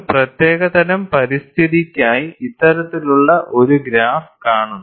ഒരു പ്രത്യേകതരം പരിതസ്ഥിതിക്കായി ഇത്തരത്തിലുള്ള ഒരു ഗ്രാഫ് കാണുന്നു